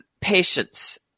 patience